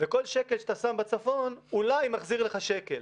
וכל שקל שאתה שם בצפון אולי מחזיר לך שקל.